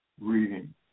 reading